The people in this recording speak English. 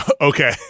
Okay